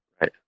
Right